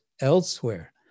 elsewhere